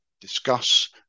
discuss